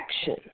action